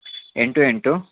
ಎಂಟು ಎಂಟು